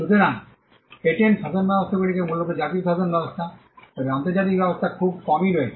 সুতরাং পেটেন্ট শাসনব্যবস্থা মূলত জাতীয় শাসন ব্যবস্থা তবে আন্তর্জাতিক ব্যবস্থা খুব কমই রয়েছে